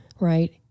Right